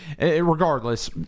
Regardless